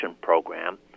program